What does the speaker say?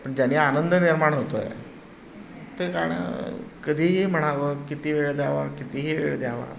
पण ज्यांनी आनंद निर्माण होतो आहे ते गाणं कधीही म्हणावं किती वेळ द्यावा कितीही वेळ द्यावा